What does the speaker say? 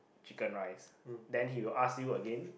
chicken rice then he will ask you again